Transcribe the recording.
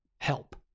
help